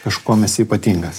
kažkuom esi ypatingas